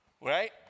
Right